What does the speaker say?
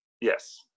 yes